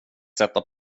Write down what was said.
sätta